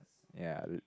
ya